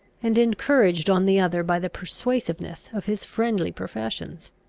and encouraged on the other by the persuasiveness of his friendly professions.